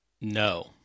no